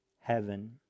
heaven